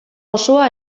osoa